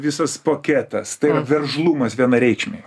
visas paketas tai yra veržlumas vienareikšmiai